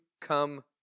come